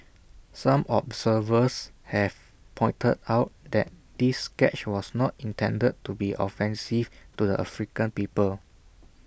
some observers have pointed out that this sketch was not intended to be offensive to the African people